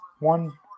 One